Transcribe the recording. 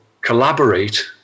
collaborate